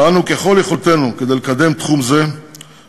פעלנו ככל יכולתנו כדי לקדם תחום זה עבור